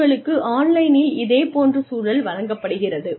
உங்களுக்கு ஆன்லைனில் இதே போன்ற சூழல் வழங்கப்படுகிறது